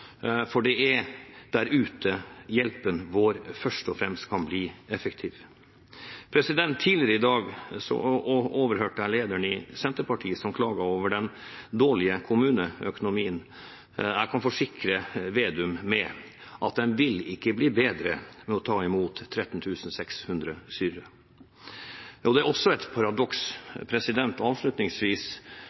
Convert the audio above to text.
for det er der ute hjelpen vår først og fremst kan bli effektiv. Tidligere i dag overhørte jeg lederen i Senterpartiet klage over den dårlige kommuneøkonomien. Jeg kan forsikre Slagsvold Vedum om at den vil ikke bli bedre av å ta imot 13 600 syrere. Det er også et paradoks, avslutningsvis,